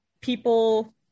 people